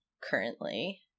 currently